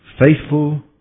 faithful